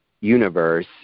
universe